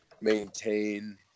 maintain